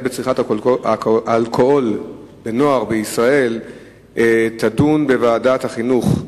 בצריכת האלכוהול בישראל יידונו בוועדת החינוך.